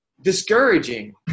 discouraging